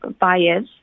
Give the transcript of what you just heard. bias